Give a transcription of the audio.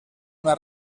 una